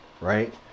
right